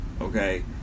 Okay